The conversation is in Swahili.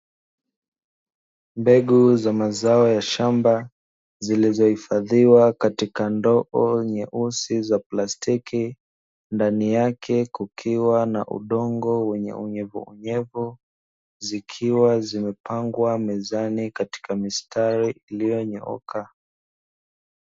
Mbegu za mazao ya shamba zilizohifadhiwa katika ndoo nyeusi za plastiki, ndani yake kukiwa na udongo wenye unyevunyevu, zikiwa zimepangwa mezani katika mistari iliyonyooka.